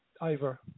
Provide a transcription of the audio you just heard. Ivor